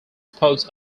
sports